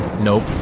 Nope